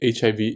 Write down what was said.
HIV